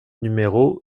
numéro